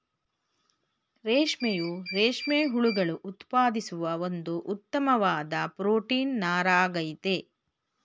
ರೇಷ್ಮೆಯು ರೇಷ್ಮೆ ಹುಳುಗಳು ಉತ್ಪಾದಿಸುವ ಒಂದು ಉತ್ತಮ್ವಾದ್ ಪ್ರೊಟೀನ್ ನಾರಾಗಯ್ತೆ